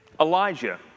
Elijah